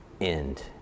end